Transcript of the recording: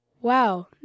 Wow